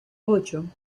ocho